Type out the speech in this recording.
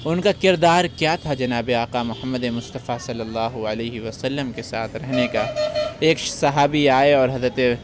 اُن کا کردار کیا تھا جناب آقا محمد مصطفے صلی اللہ علیہ وسلم کے ساتھ رہنے کا ایک صحابی آئے اور حضرتِ